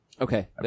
Okay